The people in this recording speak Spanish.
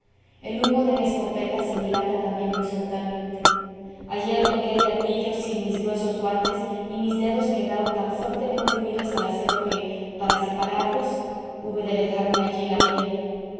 el humo de mi escopeta se dilata también horizontalmente ayer toqué el gatillo sin mis gruesos guantes y mis dedos quedaron tan fuertemente unidos al acero que para separarlos hube de dejarme allí la piel